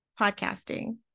podcasting